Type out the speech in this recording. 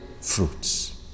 fruits